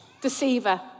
deceiver